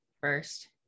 first